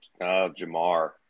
Jamar